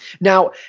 Now